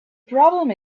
problem